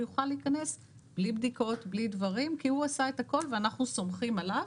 יוכל להיכנס בלי בדיקות כי הוא עשה את הכול ואנחנו סומכים עליו.